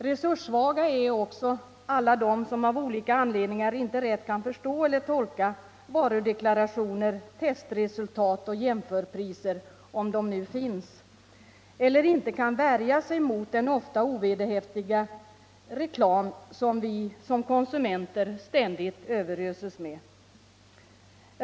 Resurssvaga är också alla de som av olika anledningar inte rätt kan förstå eller tolka varudeklarationer, testresultat och jämförpriser — om de nu finns — eller inte kan värja sig mot den ofta ovederhäftiga reklam som vi konsumenter ständigt överöses med.